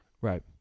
Right